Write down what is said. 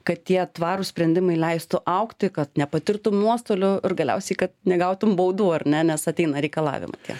kad tie tvarūs sprendimai leistų augti kad nepatirtum nuostolių ir galiausiai kad negautum baudų ar ne nes ateina reikalavimai tie